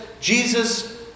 Jesus